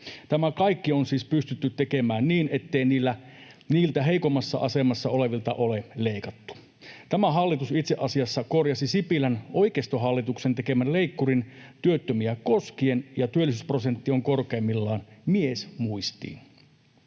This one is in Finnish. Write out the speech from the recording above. Tämä kaikki on siis pystytty tekemään niin, ettei niiltä heikommassa asemassa olevilta ole leikattu. Tämä hallitus itse asiassa korjasi Sipilän oikeistohallituksen tekemän leikkurin työttömiä koskien, ja työllisyysprosentti on korkeimmillaan miesmuistiin.